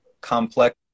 complex